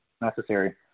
necessary